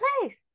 place